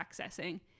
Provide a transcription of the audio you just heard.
accessing